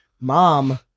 Mom